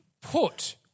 put